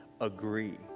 agree